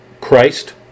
christ